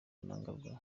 mnangagwa